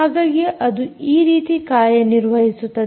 ಹಾಗಾಗಿ ಅದು ಈ ರೀತಿ ಕಾರ್ಯನಿರ್ವಹಿಸುತ್ತದೆ